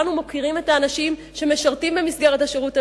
כולנו מוקירים את האנשים שמשרתים במסגרת השירות הלאומי,